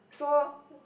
so